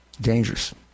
dangerous